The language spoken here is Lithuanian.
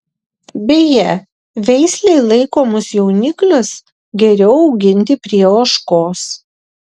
beje veislei laikomus jauniklius geriau auginti prie ožkos